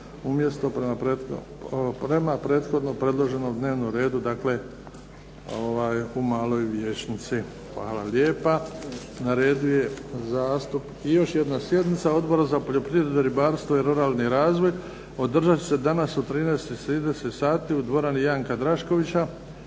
umjesto prema prethodno predloženom dnevnom redu, dakle u Maloj vijećnici. Hvala lijepa. Na redu je zastupnik. I još jedna sjednica Odbora za poljoprivredu, ribarstvo i ruralni razvoj održat će se danas u 13,30 sati u dvorani Janka Draškovića